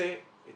עושה את